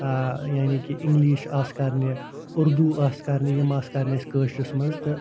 ٲں یعنی کہِ انگلش آسہٕ کرنہِ اردو آسہٕ کرنہِ یِم آسہٕ کرنہِ اسہِ کٲشِرِس منٛز تہٕ